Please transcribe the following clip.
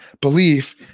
belief